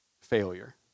failure